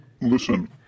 Listen